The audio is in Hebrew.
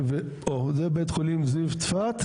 זה בית חולים זיו צפת,